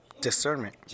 discernment